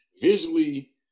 visually